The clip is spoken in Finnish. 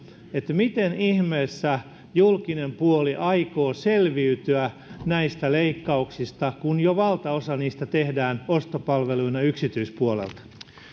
miten ihmeessä julkinen puoli aikoo selviytyä näistä leikkauksista kun jo valtaosa niistä tehdään ostopalveluina yksityispuolelta